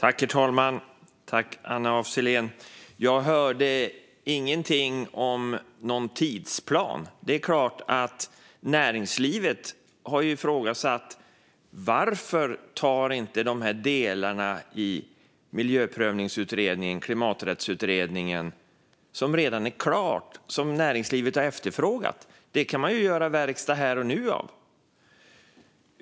Herr talman! Jag hörde ingenting om någon tidsplan. Näringslivet har ifrågasatt varför man inte tar de delar i Miljöprövningsutredningen och Klimaträttsutredningen som redan är klara och som näringslivet har efterfrågat och gör verkstad av dem här och nu.